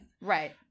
Right